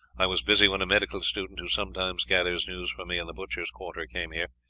i was busy when a medical student who sometimes gathers news for me in the butchers' quarter came here,